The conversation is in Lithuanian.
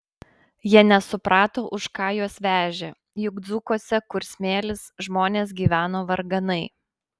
jie nesuprato už ką juos vežė juk dzūkuose kur smėlis žmonės gyveno varganai